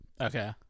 Okay